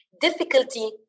difficulty